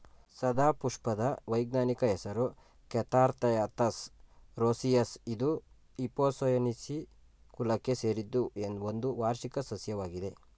ಸದಾಪುಷ್ಪದ ವೈಜ್ಞಾನಿಕ ಹೆಸರು Catharanthus roseus ಇದು ಎಪೋಸೈನೇಸಿ ಕುಲಕ್ಕೆ ಸೇರಿದ್ದು ಒಂದು ಬಹುವಾರ್ಷಿಕ ಸಸ್ಯವಾಗಿದೆ